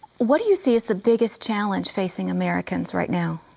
what do you see as the biggest challenge facing americans right now?